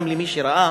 גם מי שראה